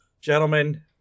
gentlemen